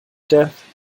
death